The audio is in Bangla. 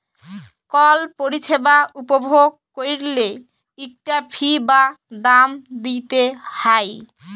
কল পরিছেবা উপভগ ক্যইরলে ইকটা ফি বা দাম দিইতে হ্যয়